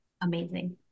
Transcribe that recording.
Amazing